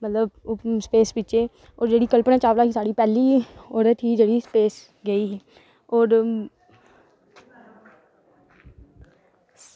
मतलब उस स्पेस बिच्च ओह् जेह्ड़ी कल्पना चावला ही साढ़ी पैह्ली औरत ही जेह्ड़ी स्पेस गेई ही होर